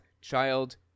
child